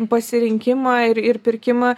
pasirinkimą ir ir pirkimą